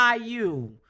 IU